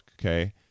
okay